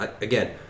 again